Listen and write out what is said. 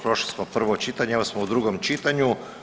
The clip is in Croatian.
Prošli smo prvo čitanje, odmah smo u drugom čitanju.